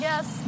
Yes